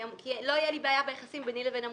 כי לא תהיה לי בעיה ביחסים ביני ובין המוטב.